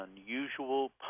unusual